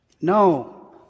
No